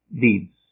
deeds